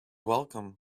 welcome